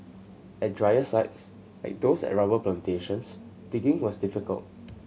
at drier sites like those at rubber plantations digging was difficult